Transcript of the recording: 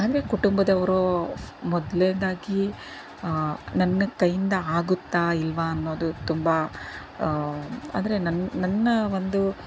ಅಂದರೆ ಕುಟುಂಬದವರು ಮೊದಲನೆದಾಗಿ ನನ್ನ ಕೈಯಿಂದ ಆಗುತ್ತಾ ಇಲ್ವಾ ಅನ್ನೋದು ತುಂಬ ಅಂದರೆ ನನ್ನ ನನ್ನ ಒಂದು